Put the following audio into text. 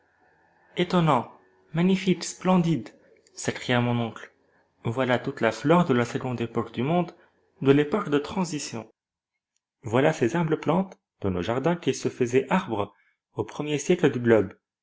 étonnant magnifique splendide s'écria mon oncle voilà toute la flore de la seconde époque du monde de l'époque de transition voilà ces humbles plantes de nos jardins qui se faisaient arbres aux premiers siècles du globe